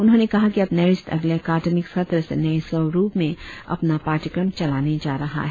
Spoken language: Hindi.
उन्होंने कहा कि अब नेरिस्ट अगले अकादमीक सत्र से नए स्वरुप में अपना पाठ्यक्रम चलाने जा रहा है